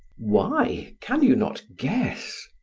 why? can you not guess?